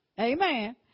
Amen